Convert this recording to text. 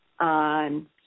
on